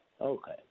Okay